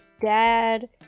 dad